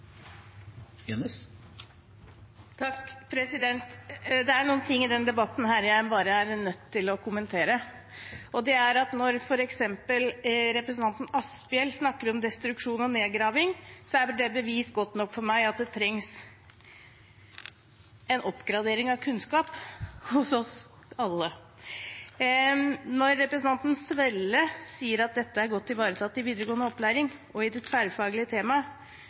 Det er noen ting i denne debatten jeg bare er nødt til å kommentere, og det er f.eks. at når representanten Asphjell snakker om destruksjon og nedgraving, er det bevis godt nok for meg at det trengs en oppgradering av kunnskap hos oss alle. Når representanten Svelle sier at dette er godt ivaretatt i videregående opplæring og i de tverrfaglige